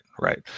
right